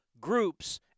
groups